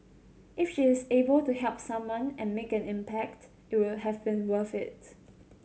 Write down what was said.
if she is able to help someone and make an impact it would have been worth it